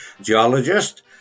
geologist